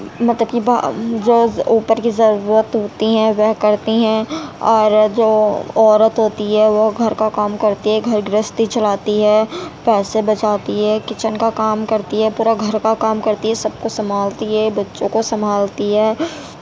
مطلب کہ جو اوپر کی ضرورت ہوتی ہیں وہ کرتی ہیں اور جو عورت ہوتی ہے وہ گھر کا کام کرتی ہے گھر گرہستی چلاتی ہے پیسے بچاتی ہے کچن کا کام کرتی ہے پورا گھر کا کام کرتی ہے سب کو سنبھالتی ہے بچوں کو سنبھالتی ہے